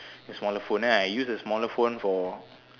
the smaller phone then I use the smaller phone for